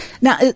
now